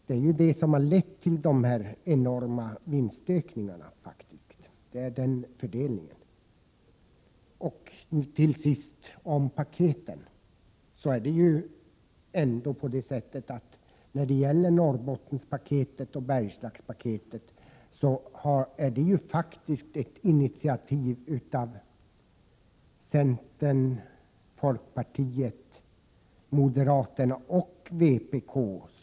Det är faktiskt denna fördelning av reallönerna som har lett till de enorma vinstökningarna. Några ord om dessa paket. Norrbottenspaketet och Bergslagspaketet har faktiskt kommit till på initiativ av centern, folkpartiet, moderaterna och vpk.